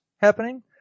happening